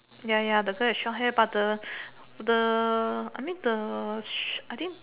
ya ya the girl is short hair but the the I think the I think